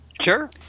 Sure